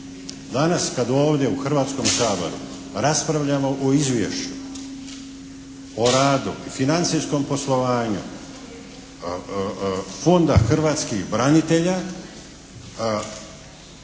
Danas kad ovdje u Hrvatskom saboru raspravljamo o izvješću o radu i financijskom poslovanju Fonda hrvatskih branitelja